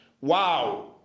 Wow